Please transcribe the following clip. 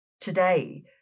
today